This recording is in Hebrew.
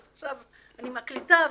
עכשיו אני מקליטה,